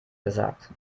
gesagt